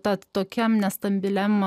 tad tokiam nestabiliam